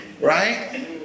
Right